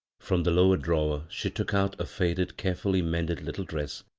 from the lower drawer she took out a faded, care fully-mended little dress,